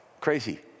Crazy